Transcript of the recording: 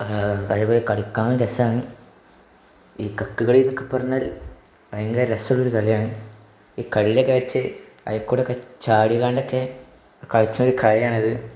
അതേപോലെ കളിക്കാനും രസമാണ് ഈ കക്കുകളിയെന്നൊക്കെ പറഞ്ഞാൽ ഭയങ്കര രസമുള്ള കളിയാണ് ഈ കളിയുടെ കാഴ്ച്ചെ അതിൽക്കൂടൊക്കെ ചാടിയേതാണ്ടൊക്കെ കളിച്ചൊരു കാളിയാണിത്